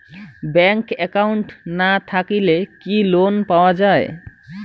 Bank account না থাকিলে কি লোন পাওয়া য়ায়?